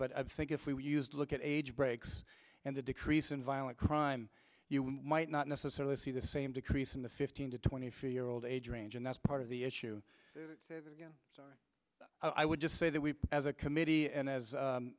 but i think if we used to look at age breaks and the decrease in violent crime you might not necessarily see the same decrease in the fifteen to twenty feet or old age range and that's part of the issue sorry i would just say that we as a committee and as